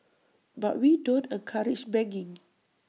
but we don't encourage begging